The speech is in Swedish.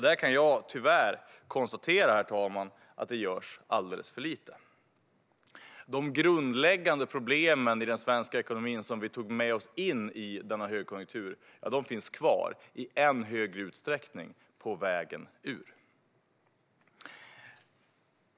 Där kan jag tyvärr konstatera, herr talman, att det görs alldeles för lite. De grundläggande problemen i den svenska ekonomin som vi tog med oss in i denna högkonjunktur finns kvar i än större utsträckning på vägen ur.